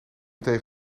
tegen